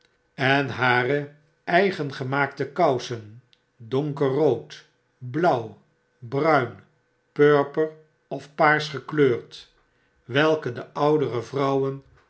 en nooit te lang enhareeigen gemaaktekousen donkerrood blauw bruin purj er of paars gekleurd welke de oudere vrouwen